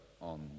on